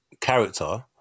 character